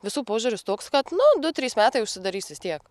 visų požiūris toks kad nu du trys metai užsidarys vis tiek